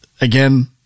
Again